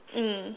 mm